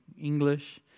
English